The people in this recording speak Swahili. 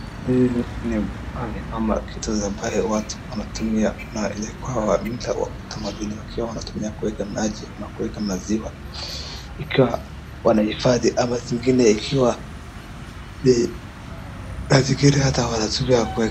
Hii ni mahali ama kitu zambaye watu wanataumia na ilikua ya mila wa utamaduni wakiwa wanatumia kuweka maji au kuweka maziwa ikiwa wanahifadhi ama zingine ikiwa ni saa zingine ata wanatumia kuweka.